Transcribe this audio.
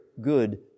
good